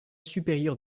supérieure